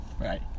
right